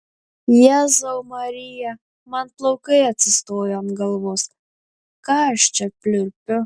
jėzau marija man plaukai atsistojo ant galvos ką aš čia pliurpiu